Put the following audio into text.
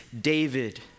David